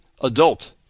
adult